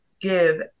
give